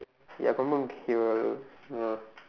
ya confirm he will uh